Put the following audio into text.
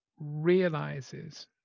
realizes